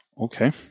Okay